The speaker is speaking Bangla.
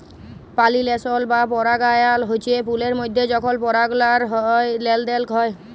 পালিলেশল বা পরাগায়ল হচ্যে ফুলের মধ্যে যখল পরাগলার লেলদেল হয়